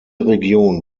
region